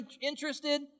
interested